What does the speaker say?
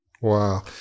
Wow